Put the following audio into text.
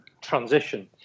transition